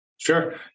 Sure